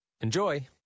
Enjoy